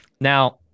now